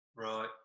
Right